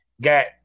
got